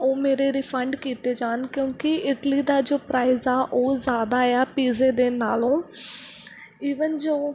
ਉਹ ਮੇਰੇ ਰਿਫੰਡ ਕੀਤੇ ਜਾਣ ਕਿਉਂਕਿ ਇਡਲੀ ਦਾ ਜੋ ਪ੍ਰਾਈਜ਼ ਆ ਉਹ ਜ਼ਿਆਦਾ ਆ ਪੀਜ਼ੇ ਦੇ ਨਾਲੋਂ ਈਵਨ ਜੋ